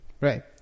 right